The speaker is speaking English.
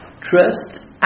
Trust